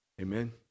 Amen